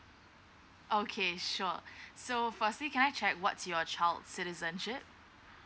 okay sure so firstly can I check what's your child's citizenship